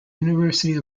university